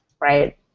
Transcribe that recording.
right